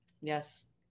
Yes